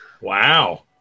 Wow